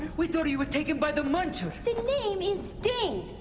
we thought you were taken by the muncher. the name is ding!